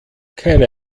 keine